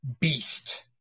beast